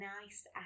nice